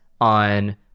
on